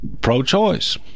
pro-choice